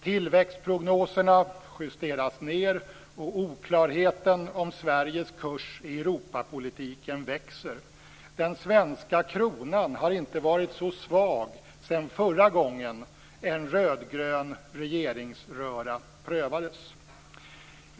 Tillväxtprognoserna justeras ned, och oklarheten om Sveriges kurs i Europapolitiken växer. Den svenska kronan har inte varit så svag sedan förra gången en rödgrön regeringsröra prövades.